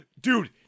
Dude